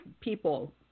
people